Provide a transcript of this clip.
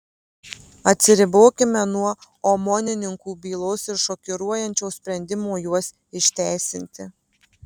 atsiribokime nuo omonininkų bylos ir šokiruojančio sprendimo juos išteisinti